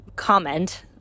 Comment